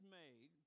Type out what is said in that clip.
made